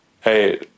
hey